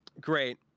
great